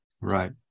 right